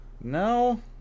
No